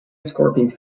scorpions